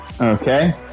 Okay